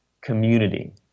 community